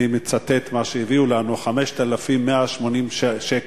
אני מצטט מה שהביאו לנו: 5,180 שקלים.